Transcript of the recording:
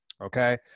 Okay